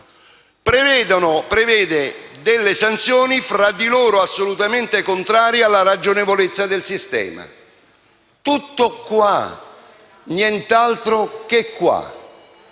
prevede delle sanzioni tra di loro assolutamente contrarie alla ragionevolezza del sistema. Tutto qua, nient'altro che questo.